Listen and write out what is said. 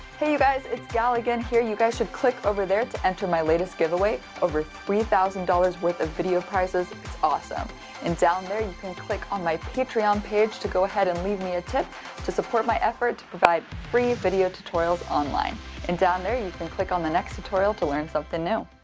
hey you guys galligan here you guys should click over there to enter my latest giveaway over three thousand dollars worth of video prizes it's awesome and down there you can click on my patreon page to go ahead and leave me a tip to support my effort to provide free video tutorials online and down there you can click on the next tutorial to learn something new!